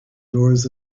doors